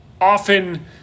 often